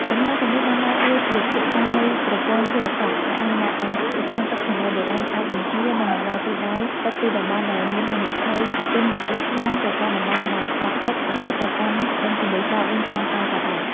សំណង់ទាំងនេះបានដើរតួជាខួរក្បាលនៃប្រព័ន្ធជលសាស្ត្រ ដែលអនុញ្ញាតឱ្យអ្នកគ្រប់គ្រងទឹកសម័យបុរាណអាចបញ្ជា និងបង្វែរទិសដៅទឹកពីតំបន់ដែលមានហានិភ័យជន់លិចខ្លាំង ទៅកាន់តំបន់ដែលខ្សត់ទឹក ឬទៅកាន់បឹងទន្លេសាបវិញតាមការចាំបាច់។